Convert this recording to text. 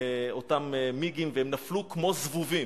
אותם "מיגים", והם נפלו כמו זבובים.